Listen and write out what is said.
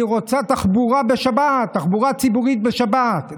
היא רוצה תחבורה בשבת, תחבורה ציבורית בשבת.